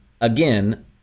Again